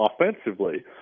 offensively